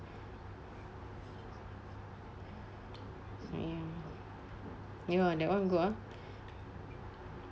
ya ya that one good ah